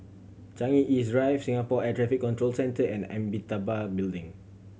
Changi East Drive Singapore Air Traffic Control Centre and Amitabha Building